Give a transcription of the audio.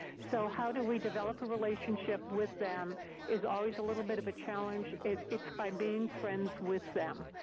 so how do we develop a relationship with them is always a little bit of a challenge. it's it's by being friends with them,